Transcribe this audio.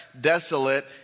desolate